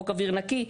חוק אוויר נקי.